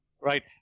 Right